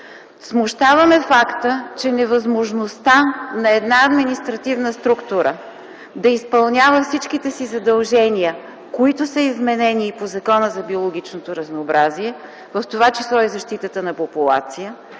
Смущава ме фактът, че невъзможността на една административна структура да изпълнява всичките си задължения, които са й вменени и по Закона за биологичното разнообразие, в това число и защитата на популация,